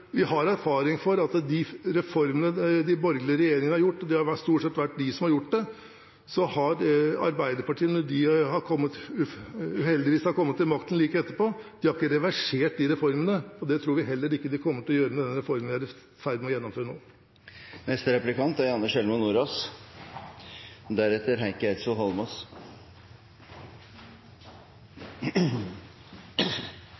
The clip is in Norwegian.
har stort sett vært de som har gjort det – har Arbeiderpartiet, når de uheldigvis har kommet til makten like etterpå, ikke reversert dem. Det tror vi heller ikke de kommer til å gjøre med den reformen vi er i ferd med å gjennomføre